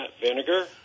vinegar